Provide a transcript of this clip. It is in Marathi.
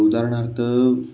उदाहरणार्थ